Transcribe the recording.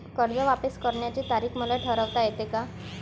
कर्ज वापिस करण्याची तारीख मले ठरवता येते का?